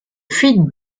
fuite